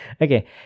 Okay